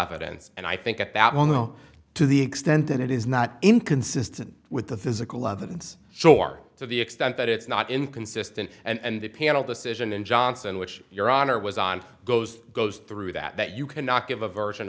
evidence and i think that that will know to the extent that it is not inconsistent with the physical evidence shore to the extent that it's not inconsistent and the panel decision in johnson which your honor was on goes goes through that you cannot give a version